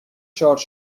شارژ